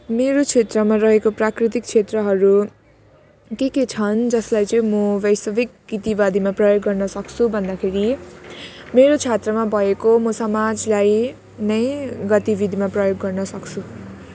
मेरो क्षेत्रमा रहेको प्राकृतिक क्षेत्रहरू के के छन् जसलाई चाहिँ म वैश्विक कृतिवादीमा प्रयोग गर्नसक्छु भन्दाखेरि मेरो क्षेत्रमा भएको म समाजलाई नै गतिविधिमा प्रयोग गर्नसक्छु